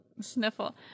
sniffle